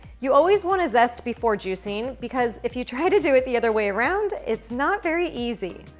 you always want to zest before juicing because, if you try to do it the other way around, it's not very easy.